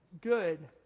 Good